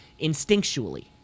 instinctually